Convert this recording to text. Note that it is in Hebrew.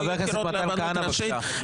חבר הכנסת מתן כהנא, בבקשה.